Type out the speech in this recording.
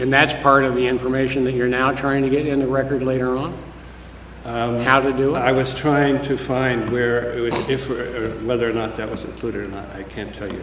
and that's part of the information that you're now trying to get in the record later on how to do i was trying to find where if whether or not that was a good or not i can't tell you